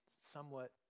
somewhat